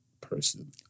person